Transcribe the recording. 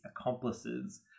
accomplices